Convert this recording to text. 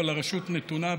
אבל הרשות נתונה,